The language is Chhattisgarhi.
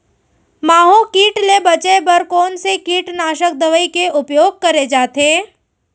माहो किट ले बचे बर कोन से कीटनाशक दवई के उपयोग करे जाथे?